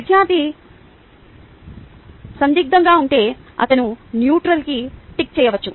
విద్యార్థి సందిగ్ధంగా ఉంటే అతను న్యూట్రల్ టిక్ చేయవచ్చు